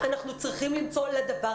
אנחנו מדברים בעיקר על כ-140,000 תלמידים.